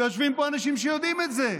ויושבים פה אנשים שיודעים את זה.